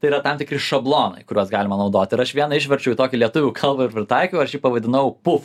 tai yra tam tikri šablonai kuriuos galima naudot ir aš vieną išverčiau į tokį lietuvių kalbą ir pritaikiau aš jį pavadinau puf